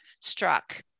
Struck